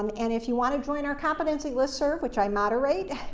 um and if you want to join our competency listserv, which i moderate,